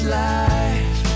life